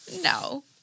No